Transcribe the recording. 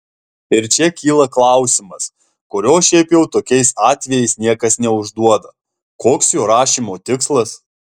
ir čia kyla klausimas kurio šiaip jau tokiais atvejais niekas neužduoda koks jo rašymo tikslas